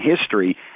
history